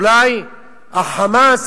אולי ה"חמאס",